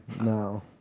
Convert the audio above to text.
No